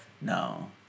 No